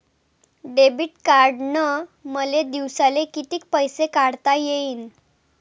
Debit कार्डनं मले दिवसाले कितीक पैसे काढता येईन?